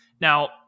Now